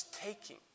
taking